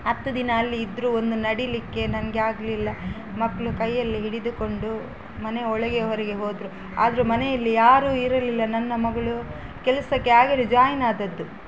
ಹತ್ತು ದಿನ ಅಲ್ಲಿ ಇದ್ದರು ಒಂದು ನಡಿಲಿಕ್ಕೆ ನನ್ಗೆ ಆಗಲಿಲ್ಲ ಮಕ್ಕಳು ಕೈಯಲ್ಲಿ ಹಿಡಿದುಕೊಂಡು ಮನೆ ಒಳಗೆ ಹೊರಗೆ ಹೋದರು ಆದರು ಮನೆಯಲ್ಲಿ ಯಾರು ಇರಲಿಲ್ಲ ನನ್ನ ಮಗಳು ಕೆಲಸಕ್ಕೆ ಆಗಲೇ ಜಾಯಿನ್ ಆದದ್ದು